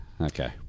Okay